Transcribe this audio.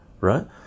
right